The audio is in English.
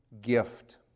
gift